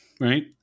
right